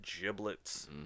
giblets